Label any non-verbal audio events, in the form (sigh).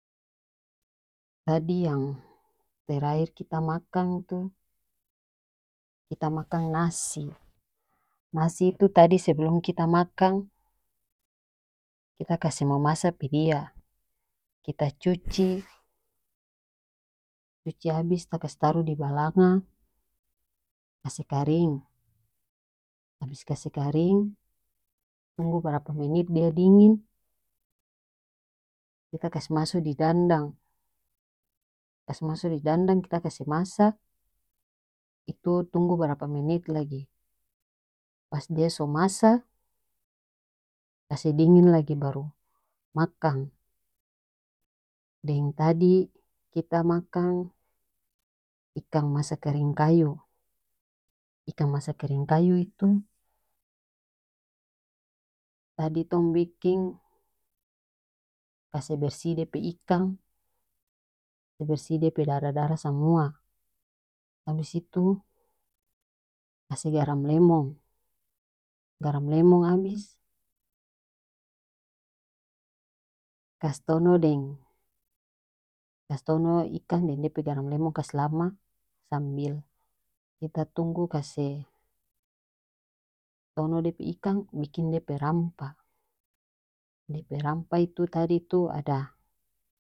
Tadi yang (noise) terakhir kita makang tu kita makang nasi (noise) nasi itu tadi sebelum kita makang kita kase momasa pe dia kita cuci (noise) cuci abis kita kase taru di balanga kase karing abis kase karing tunggu barapa menit dia dingin kita kase maso di dandang kase maso di dandang kita kase masa itu tunggu barapa menit lagi pas dia so masa kase dingin lagi baru makang deng tadi kita makang ikang masa kering kayu ikang masa kering kayu itu tadi tong biking kase bersih dia pe ikang kase bersih dia pe darah darah samua abis itu kase garam lemong garam lemong abis kas tonoh deng-kas tonoh ikang deng dia pe garam lemong kas lama sambil kita tunggu kase tonoh dia pe ikang biking dia pe rampah dia pe rampah itu tadi tu ada.